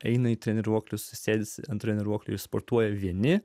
eina į treniruoklius sėdi ant treniruoklių sportuoja vieni